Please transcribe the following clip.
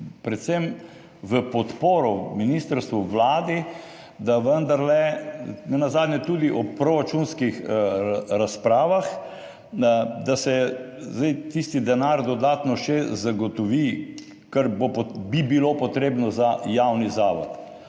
predvsem v podporo ministrstvu in Vladi, nenazadnje tudi o proračunskih razpravah, da se zdaj tisti denar še dodatno zagotovi, kar bi bilo potrebno za javni zavod.